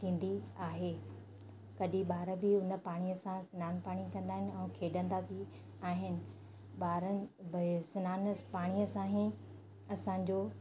थींदी आहे कॾहिं ॿार बि उन पाणीअ सां सनानु पाणी कंदा आहिनि ऐं खेॾंदा बि आहिनि ॿारनि भए सनानु पाणीअ सां ई असांजो